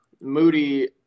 Moody